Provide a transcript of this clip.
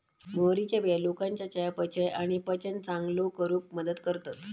मोहरीच्या बिया लोकांच्या चयापचय आणि पचन चांगलो करूक मदत करतत